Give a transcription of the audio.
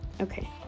Okay